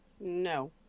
no